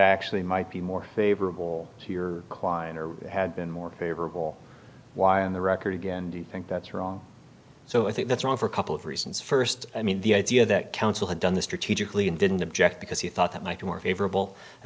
actually might be more favorable to your kleiner had been more favorable why on the record again do you think that's wrong so i think that's wrong for a couple of reasons first i mean the idea that council had done the strategically and didn't object because he thought that might be more favorable i